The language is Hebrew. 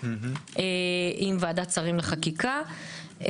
עם ועדת שרים לחקיקה,